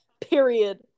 Period